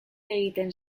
egiten